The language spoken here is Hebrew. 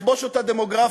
לכבוש אותה דמוגרפית.